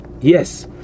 Yes